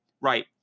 right